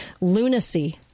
lunacy